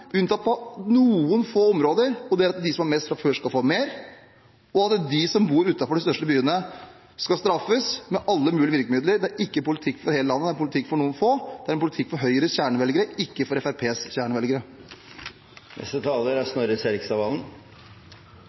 unntatt på noen få områder. Det er at de som har mest fra før, skal få mer, og at de som bor utenfor de største byene, skal straffes med alle mulige virkemidler. Det er ikke en politikk for hele landet, det er en politikk for noen få. Det er en politikk for Høyres kjernevelgere, ikke for Fremskrittspartiets kjernevelgere. Disse finansdebattene blir stadige kortere, år for år. Det er